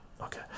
okay